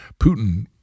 Putin